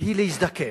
היא להזדקן.